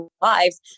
lives